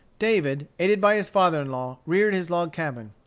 david, aided by his father-in-law, reared his log cabin.